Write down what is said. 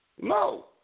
No